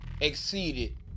exceeded